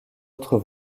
autre